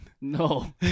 No